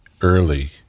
early